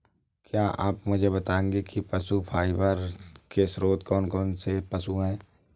क्या आप मुझे बताएंगे कि पशु फाइबर के स्रोत कौन कौन से पशु हैं?